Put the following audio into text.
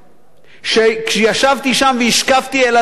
שכשישבתי שם והשקפתי אל הלבנון